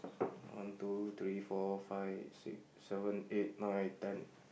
one two three four five six seven eight nine ten